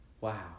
Wow